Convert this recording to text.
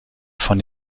von